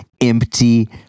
empty